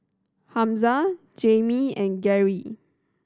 Hamza Jamey and Gary